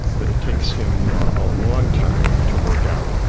but it takes him a long time to work out.